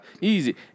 easy